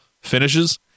finishes